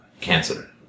cancer